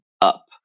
up